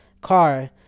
car